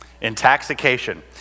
intoxication